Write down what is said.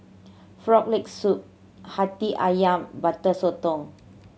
Frog Leg Soup Hati Ayam Butter Sotong